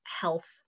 health